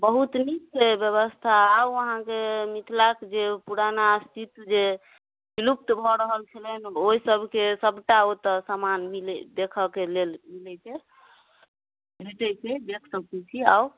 बहुत नीक छै बेबस्था आउ अहाँके मिथिलाक जे पुरान अस्तित्व जे विलुप्त भऽ रहल छै ओहि सबके सबटा ओतऽ समान मिलै देखिके लेल मिलै छै भेटै छै देखि सकै छी आउ